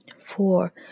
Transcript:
Four